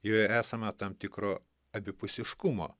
joje esama tam tikro abipusiškumo